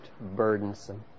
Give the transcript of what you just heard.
burdensome